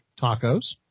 tacos